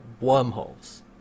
wormholes